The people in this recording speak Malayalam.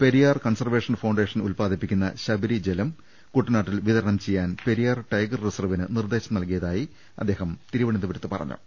പെരിയാർ കൺസർവേഷൻ ഫൌണ്ടേഷൻ ഉല്പാദിപ്പിക്കുന്ന ശബരി ജലം കൂട്ടനാട്ടിൽ വിതരണം ചെയ്യാൻ പെരിയാർ ടൈഗർ റിസർവിന് നിർദ്ദേശം നൽകിയതായി അദ്ദേഹം തിരുവനന്തപുരത്ത് പറഞ്ഞു